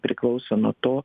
priklauso nuo to